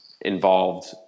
involved